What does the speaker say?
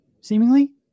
seemingly